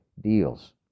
deals